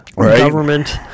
government